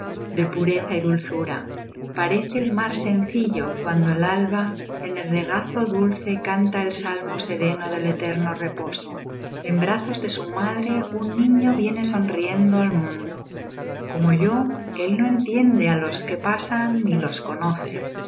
de pureza y dulzura parece el mar sencillo cuando del alba en el regazo dulce canta el salmo sereno del eterno reposo en brazos de su madre un niño viene sonriendo al mundo como yo él no entiende á los que pasan ni los conoce